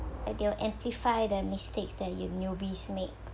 and they'll amplify the mistakes that you newbies make